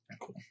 Cool